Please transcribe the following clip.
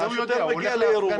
זה הוא יודע אם הוא מגיע להפגנה,